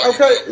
Okay